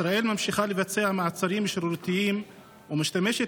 ישראל ממשיכה לבצע מעצרים שרירותיים ומשתמשת